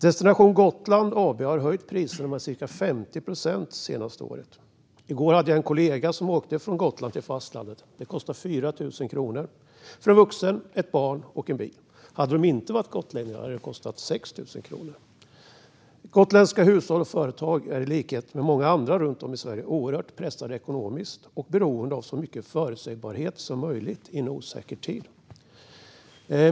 Destination Gotland AB har höjt priserna med cirka 50 procent det senaste året. En kollega till mig åkte i går från Gotland till fastlandet. Det kostade 4 000 kronor för en vuxen, ett barn och en bil. Hade de inte varit gotlänningar hade det kostat 6 000 kronor. Gotländska hushåll och företag är i likhet med många andra runt om i Sverige oerhört pressade ekonomiskt och beroende av så mycket förutsägbarhet som möjligt i en osäker tid.